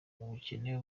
ubukene